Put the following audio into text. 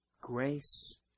grace